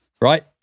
right